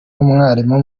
umwarimu